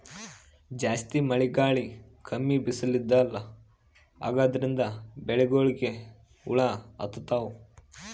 ಜಾಸ್ತಿ ಮಳಿ ಗಾಳಿ ಕಮ್ಮಿ ಬಿಸ್ಲ್ ಇದೆಲ್ಲಾ ಆಗಾದ್ರಿಂದ್ ಬೆಳಿಗೊಳಿಗ್ ಹುಳಾ ಹತ್ತತಾವ್